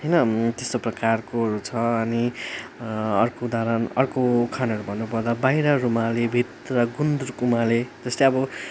होइन त्यस्तो प्रकारकोहरू छ अनि अर्को उदाहरण अर्को उखानहरू भन्नुपर्दा बाहिर रुमाले भित्र गुन्द्रुक उमाले जस्तै अब